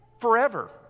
forever